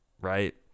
right